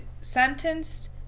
sentenced